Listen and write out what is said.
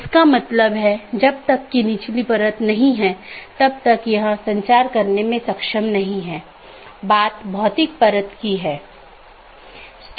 इसका मतलब है कि यह एक प्रशासनिक नियंत्रण में है जैसे आईआईटी खड़गपुर का ऑटॉनमस सिस्टम एक एकल प्रबंधन द्वारा प्रशासित किया जाता है यह एक ऑटॉनमस सिस्टम हो सकती है जिसे आईआईटी खड़गपुर सेल द्वारा प्रबंधित किया जाता है